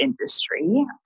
industry